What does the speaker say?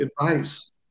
advice